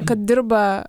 kad dirba